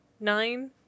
nine